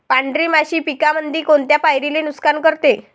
पांढरी माशी पिकामंदी कोनत्या पायरीले नुकसान करते?